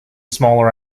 smaller